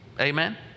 amen